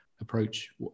approach